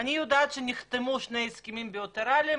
אני יודעת שנחתמו שני הסכמים בילטרליים,